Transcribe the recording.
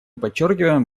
подчеркиваем